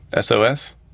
SOS